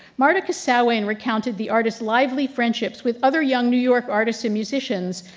martica sawin recounted the artist's lively friendships with other young new york artists and musicians,